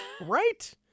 Right